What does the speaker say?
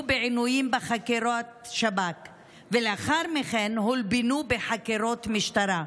בעינויים בחקירות שב"כ ולאחר מכן הולבנו בחקירות משטרה,